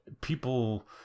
people